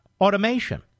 automation